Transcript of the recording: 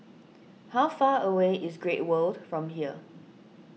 how far away is Great World from here